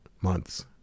months